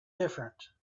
different